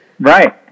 Right